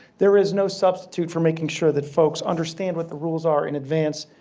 there is no substitute for making sure that folks understand what the rules are in advance.